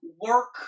work